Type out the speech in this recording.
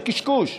זה קשקוש.